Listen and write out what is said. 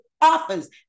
office